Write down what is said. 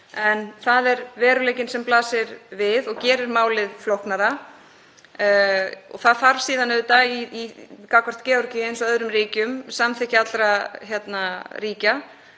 En það er veruleikinn sem blasir við og gerir málið flóknara. Það þarf síðan auðvitað, gagnvart Georgíu eins og öðrum ríkjum, samþykki allra ríkja